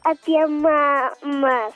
apie mamą